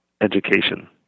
education